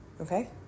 okay